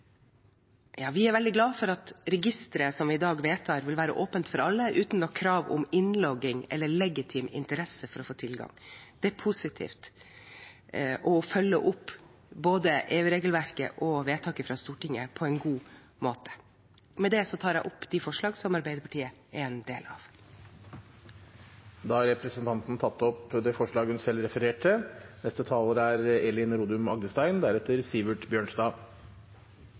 Vi er veldig glad for at registeret som vi i dag vedtar, vil være åpent for alle uten noe krav om innlogging eller legitim interesse for å få tilgang. Det er positivt, og følger opp både EU-regelverket og vedtaket fra Stortinget på en god måte. Med dette tar jeg opp det forslaget som Arbeiderpartiet er en del av. Representanten Åsunn Lyngedal har tatt opp det forslaget hun refererte